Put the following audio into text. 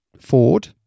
Ford